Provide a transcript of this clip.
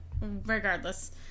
regardless